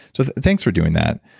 so thanks for doing that.